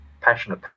passionate